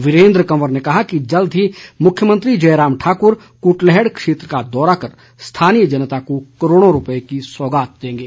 वीरेन्द्र कंवर ने कहा कि जल्द ही मुख्यमंत्री जयराम ठाकुर कुटलैहड़ क्षेत्र का दौरा कर स्थानीय जनता को करोड़ों रूपए की सौगात देंगे